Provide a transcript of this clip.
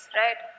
right